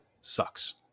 sucks